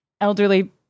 elderly